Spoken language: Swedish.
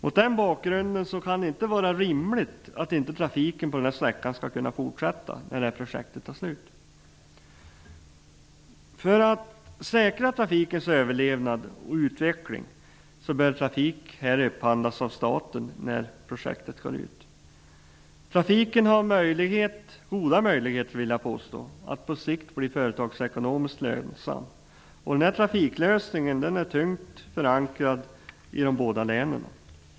Mot den bakgrunden kan det inte vara rimligt att trafiken på den sträckan inte kan fortgå när projektet avslutas. För att säkra trafikens överlevnad och utveckling bör den upphandlas av staten i samband med att projektet upphör. Trafiken har goda möjligheter att på sikt bli företagsekonomiskt lönsamt, och trafiklösningen är tungt förankrad i både länen. Herr talman!